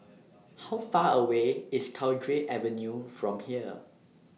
How Far away IS Cowdray Avenue from here